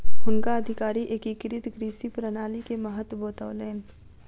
हुनका अधिकारी एकीकृत कृषि प्रणाली के महत्त्व बतौलैन